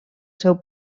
seu